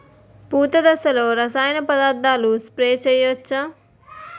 పూత దశలో రసాయన పదార్థాలు స్ప్రే చేయచ్చ?